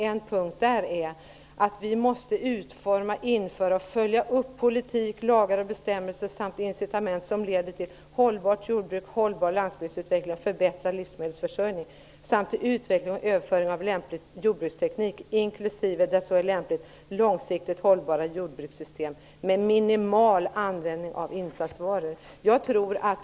En punkt gäller att vi måste "utforma, införa och följa upp politik, lagar och bestämmelser samt incitament som leder till hållbart jordbruk, hållbar landsbygdsutveckling och förbättrad livsmedelsförsörjning samt till utveckling och överföring av lämplig jordbruksteknik, inklusive, där så är lämpligt, långsiktigt hållbara jordbrukssystem med minimal användning av insatsvaror."